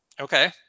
Okay